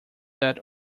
that